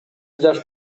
жаш